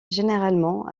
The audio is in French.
généralement